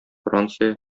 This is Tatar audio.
франция